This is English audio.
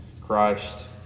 Christ